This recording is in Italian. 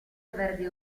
verde